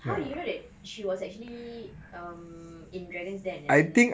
how did you know that she was actually um in dragon's den as in